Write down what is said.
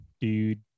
dude